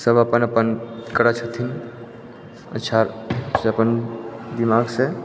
सभ अपन अपन करै छथिन इच्छा से अपन दिमाग से